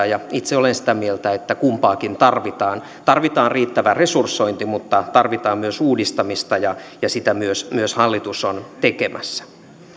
ja itse olen sitä mieltä että kumpaakin tarvitaan tarvitaan riittävä resursointi mutta tarvitaan myös uudistamista ja ja sitä myös myös hallitus on tekemässä